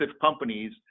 companies